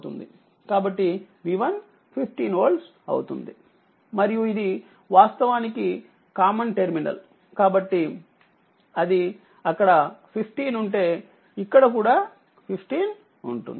కాబట్టి V1 15 volt అవుతుంది మరియు ఇది వాస్తవానికి కామన్ టెర్మినల్ కాబట్టి అది అక్కడ 15 ఉంటే ఇక్కడ కూడా15 ఉంటుంది